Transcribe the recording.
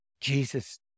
Jesus